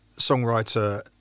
songwriter